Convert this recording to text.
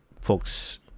folks